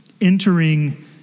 entering